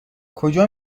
کجا